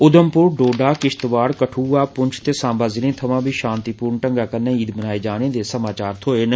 उधमपुर डोडा किश्तवाड़ कदुआ पुंछ ते सांबा जिले थमा बी शांतिपूर्ण ढंगै कन्नै ईद मनाए जाने दे समाचार थ्होए न